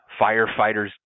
firefighters